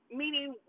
meaning